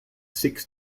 six